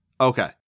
Okay